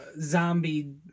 zombie